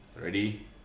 Ready